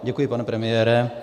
Děkuji, pane premiére.